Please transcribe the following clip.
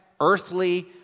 earthly